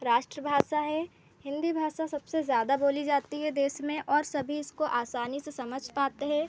राष्ट्रभाषा है हिन्दी भाषा सबसे ज़्यादा बोली जाती है देश में और सभी इसको आसानी से समझ पाते हैं